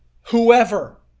whoever